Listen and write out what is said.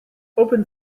open